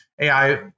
AI